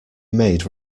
made